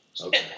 Okay